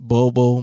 Bobo